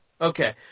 Okay